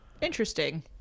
interesting